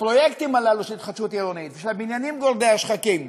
הפרויקטים הללו של התחדשות עירונית ושל הבניינים גורדי-השחקים,